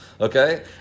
Okay